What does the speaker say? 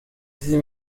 ese